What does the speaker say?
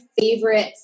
favorite